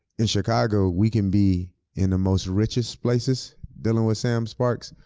in chicago, we can be in the most richest places dealing with sam sparks,